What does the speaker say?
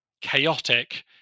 chaotic